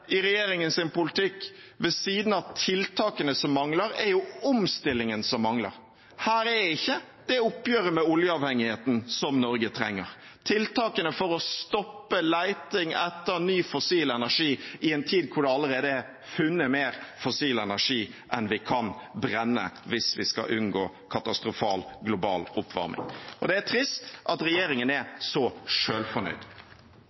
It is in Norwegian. i regjeringens politikk, ved siden av tiltakene som mangler, er omstillingen som mangler. Her er ikke det oppgjøret med oljeavhengigheten som Norge trenger, tiltakene for å stoppe leting etter ny fossil energi, i en tid hvor det allerede er funnet mer fossil energi enn vi kan brenne hvis vi skal unngå katastrofal global oppvarming. Det er trist at regjeringen er